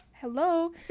hello